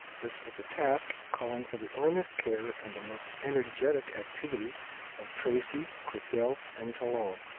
this was a task calling for the earnest care and the most energetic activity of tracy, courcelle, and talon.